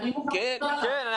אני --- כן.